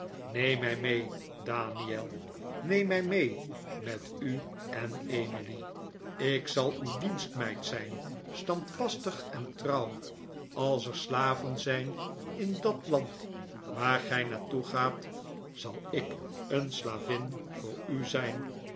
neemmij mee daniel neem mij mee met u en emily ik zal uw dienstmeid zijn standvastig en trouw als er slaven zijn in dat land waar gij naar toe gaat zal ik een slavin voor u zijn